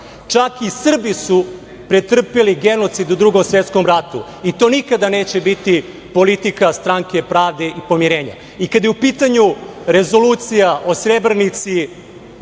Čak i Srbi su pretrpeli genocid u Drugom svetskom ratu i to nikada neće biti politika Stranke pravde i pomirenja. Kada je u pitanju rezolucija o Srebrenici,